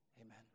Amen